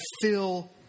fill